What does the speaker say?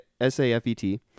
S-A-F-E-T